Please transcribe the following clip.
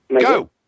Go